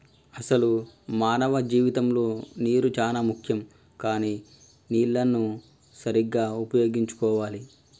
అసలు మానవ జీవితంలో నీరు చానా ముఖ్యం కానీ నీళ్లన్ను సరీగ్గా ఉపయోగించుకోవాలి